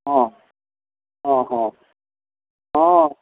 हँ हँ हँ हँ